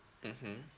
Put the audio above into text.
mmhmm